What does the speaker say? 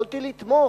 יכולתי לתמוך.